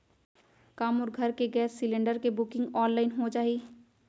का मोर घर के गैस सिलेंडर के बुकिंग ऑनलाइन हो जाही?